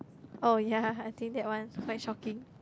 oh ya I think that one quite shocking